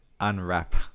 unwrap